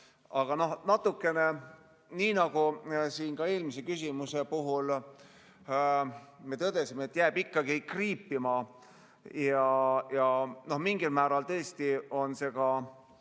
Aga natukene, nii nagu siin ka eelmise küsimuse puhul me tõdesime, jääb ikkagi kriipima. Ja mingil määral tõesti on see ka